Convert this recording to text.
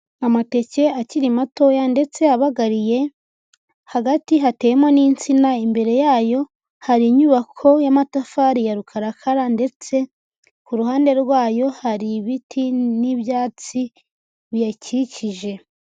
Amateke akiri matoya ndetse abagariye, hagati hateyemo n'insina, imbere yayo hari inyubako y'amatafari ya rukarakara ndetse ku ruhande rwayo hari ibiti n'ibyatsi biyakikije.